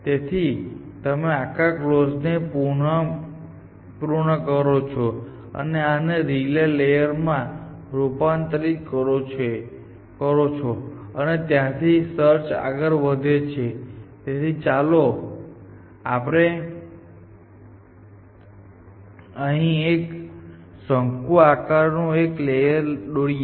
તેથી તમે આખા કલોઝ ને પૃન કરો છે અને આને રિલે લેયર માં રૂપાંતરિત કરો છો અને ત્યાંથી સર્ચ આગળ વધે છે તેથી ચાલો આપણે અહીં એક શંકુ આકાર નું એક લેયર દોરીએ